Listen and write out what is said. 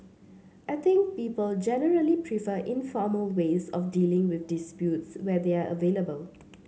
I think people generally prefer informal ways of dealing with disputes where they are available